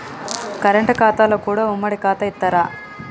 Current ఖాతాలో కూడా ఉమ్మడి ఖాతా ఇత్తరా?